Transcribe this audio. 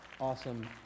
awesome